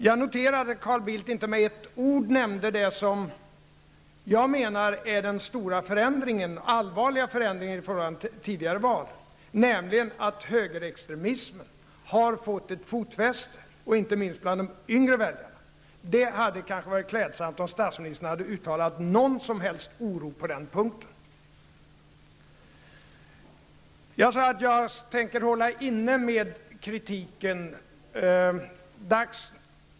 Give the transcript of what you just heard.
Jag noterade att Carl Bildt inte med ett ord nämnde det som jag menar är den stora och allvarliga förändringen i jämförelse med tidigare val, nämligen att högerextremism har fått ett fotfäste, inte minst bland de yngre väljarna. Det hade kanske varit klädsamt om statsministern hade uttalat en viss oro på den punkten. Jag tänker hålla inne med kritiken.